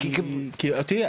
כי אותי,